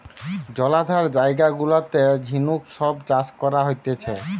জলাধার জায়গা গুলাতে ঝিনুক সব চাষ করা হতিছে